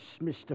Mr